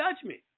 judgment